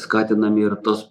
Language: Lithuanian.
skatinami ir tos